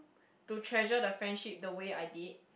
to treasure the friendship the way I did